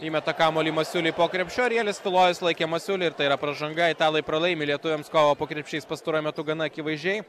įmeta kamuolį masiuliui po krepšiu arielius tulojus sulaikė masiulį ir tai yra pražanga italai pralaimi lietuviams kovą po krepšiais pastaruoju metu gana akivaizdžiai